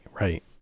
right